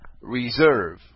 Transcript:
reserve